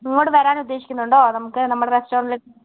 ഇങ്ങോട്ട് വരാന് ഉദ്ദേശിക്കുന്നുണ്ടോ നമുക്ക് നമ്മുടെ റെസ്റ്റോറൻറിലേക്ക്